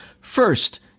First